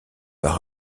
par